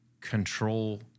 control